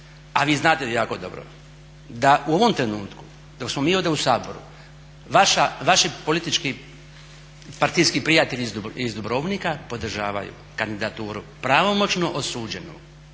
a vi znate jako dobro da u ovom trenutku dok smo mi ovdje u Saboru vaši politički partijski prijatelji iz Dubrovnika podržavaju kandidaturu pravomoćno osuđenu